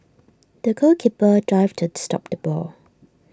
the goalkeeper dived to stop the ball